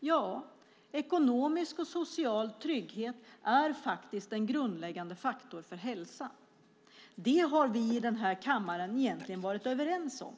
Ja, ekonomisk och social trygghet är en grundläggande faktor för hälsa. Det har vi i kammaren egentligen varit överens om.